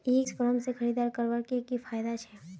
E commerce से खरीदारी करवार की की फायदा छे?